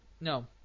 no